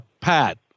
Pat